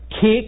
kick